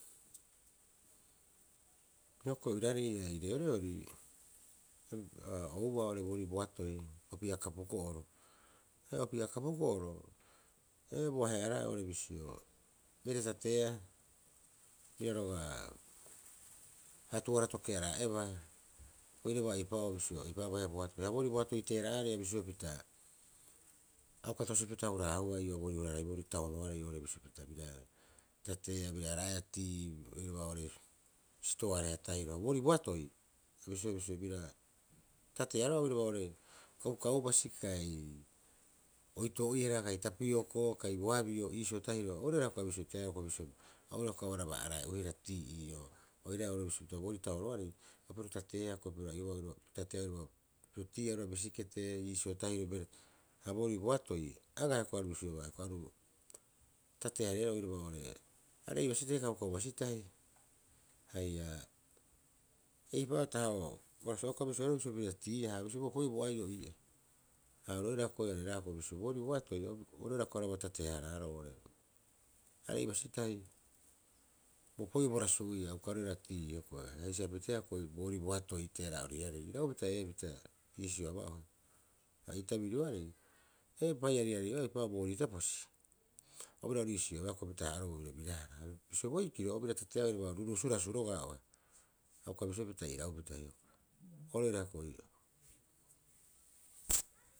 Hioko'i oiraarei ii'aa ii reoreori ao oubaa oo'ore boorii boatoi opii'a kapuko'oro. Haia opii'a kapuko'oro ee boahe'a- haraae bisio, bira tateea, bira roga'a hatuara toke eraa'ebaa oira eipa'oo bisio eipa'oo abaia boatoi. Ha boorii boatoi teera'aarei bisioea pita a uka tosipita hura- haahua ii'oo a boorii hura- haraiboroo taoroarei oo'ore bisio pita bira tateea bira araa'eea tii oiraba oo'ore sitoareha tahiro, ha boorii boatoi, abisioea bisio bira tateea oiraba oo'ore kaukaubasi kai oitoo'ihara kai tapioko kai boabio iisio tahiro oira hioko'i a bisio teaea hiokoe bisio oira araba ko'e eraa'e'uihara tii ii'oo, oiraae bisio pita boorii taoroarei piro tateea ko'e piro ai'o'obaa oiraba taateea oiraba piro tiia oiraba bisikete iisio tahiro. Ha boorii boatoi agaa hioko'i aru bisiobaa, aru tate hareeroo oiraba oo'ore are'eibasitahi kaukau basitahi haia eipa taha'oo a uka bisioehara bira tiiaa ha bisio bo opoi'oo bo ai'o ii'aa. Ha oru oira hoko'e areraapa bisio boorii boatoi, oru oira hioko'i araba tate- haaraaroo oore are'ei basitahi o opoi'oo bo rasu uka roira tii hioko'e. A hisi'apiteea hioko'i boorii boato bo teera'ariarei, iraupita ee, pita iisio aba'ohe. Ha iitabirioarei ee paiariarei ooeaa eipa'oo boorii teposi o bira ori iisioea pita haa'aaroo bo birabira- hara bisio boikiro, o bira tateea oiraba ruuruusu rasu roga'a oa. A uka bisioea pita iraupita oira ko'e ii'oo.